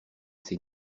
ses